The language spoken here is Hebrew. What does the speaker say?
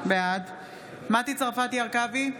בעד מטי צרפתי הרכבי,